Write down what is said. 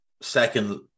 second